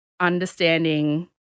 understanding